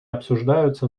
обсуждаются